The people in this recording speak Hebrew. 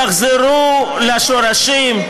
תחזרו לשורשים,